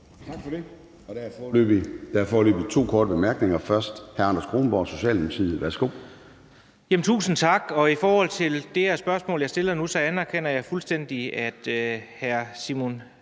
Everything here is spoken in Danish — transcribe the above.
Tak for det. Der er foreløbig to korte bemærkninger. Først er det hr. Anders Kronborg, Socialdemokratiet. Værsgo. Kl. 11:04 Anders Kronborg (S): Tusind tak. I forhold til det spørgsmål, jeg stiller nu, anerkender jeg fuldstændig, at hr. Sigurd